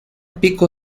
pico